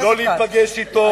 לא להיפגש אתו.